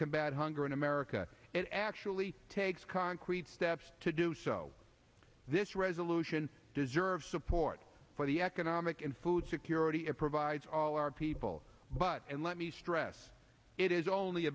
combat hunger in america it actually takes concrete steps to do so this resolution deserve support for the economic and food security it provides all our people but and let me stress it is only a